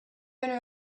owner